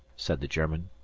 said the german.